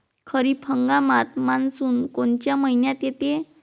खरीप हंगामात मान्सून कोनच्या मइन्यात येते?